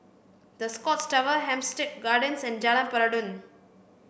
The Scotts Tower Hampstead Gardens and Jalan Peradun